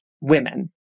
women